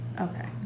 Okay